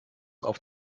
auf